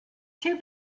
too